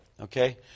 okay